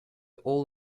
all